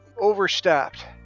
overstepped